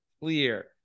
clear